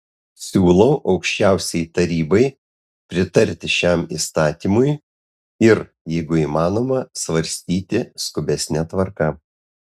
siūlau aukščiausiajai tarybai pritarti šiam įstatymui ir jeigu įmanoma svarstyti skubesne tvarka